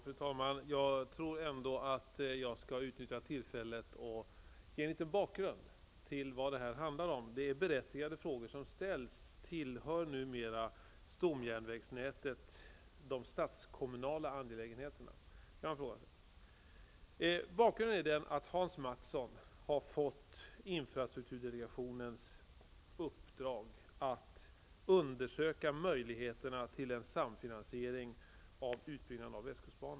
Fru talman! Jag tror att jag skall utnyttja tillfället till att ge en liten bakgrund till vad detta handlar om. De frågor som ställs är berättigade. Man kan fråga sig om stomjärnvägnätet numera tillhör de statskommunla angelägenheterna. Bakgrunden är att Hans Mattson har fått infrastrukturdelegationens uppdrag att undersöka möjligheterna till en samfinansiering av utbyggnaden av västkustbanan.